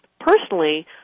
Personally